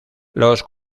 los